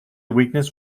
weakness